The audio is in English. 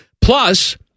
Plus